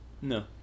No